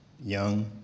young